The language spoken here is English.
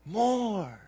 more